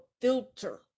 filter